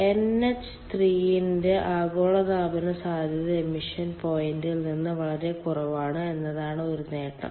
NH 3 ന്റെ ആഗോളതാപന സാധ്യത എമിഷൻ പോയിന്റിൽ നിന്ന് വളരെ കുറവാണ് എന്നതാണ് ഒരു നേട്ടം